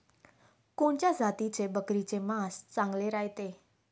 कोनच्या जातीच्या बकरीचे मांस चांगले रायते?